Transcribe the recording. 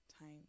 time